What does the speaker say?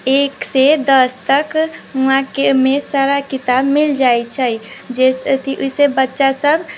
एक से दस तक वहाँ के मे सारा किताब मिल जाइ छै जैसेकि सब बच्चा सब